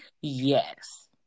Yes